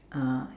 uh